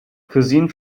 cosine